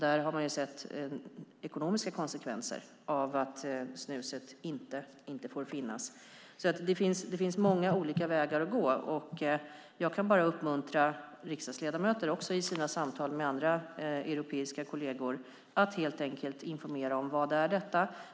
Där har man sett ekonomiska konsekvenser av att snuset inte får finnas. Det finns många olika vägar att gå. Jag kan bara uppmuntra riksdagsledamöter att helt enkelt informera om vad detta är, också i sina samtal med europeiska kolleger.